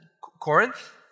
Corinth